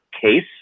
case